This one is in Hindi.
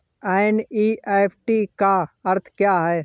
एन.ई.एफ.टी का अर्थ क्या है?